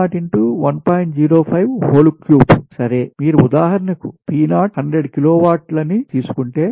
సరే మీరు ఉదాహరణకు P0 100 కిలోవాట్లని తీసుకుంటే